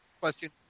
question